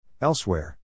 Elsewhere